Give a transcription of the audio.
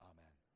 Amen